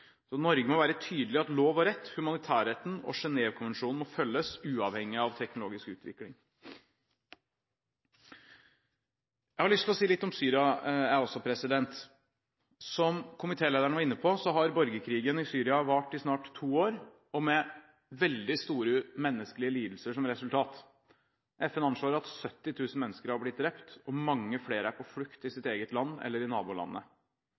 Norge må være tydelig på at lov og rett, humanitærretten og Genèvekonvensjonen må følges, uavhengig av teknologisk utvikling. Jeg har også lyst til å si litt om Syria: Som komitélederen var inne på, har borgerkrigen i Syria vart i snart to år og med veldig store menneskelige lidelser som resultat. FN anslår at 70 000 mennesker har blitt drept, og mange flere er på flukt i sitt eget land eller i